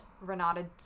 renata